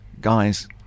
guys